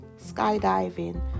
skydiving